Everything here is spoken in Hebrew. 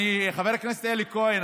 חבר הכנסת אלי כהן,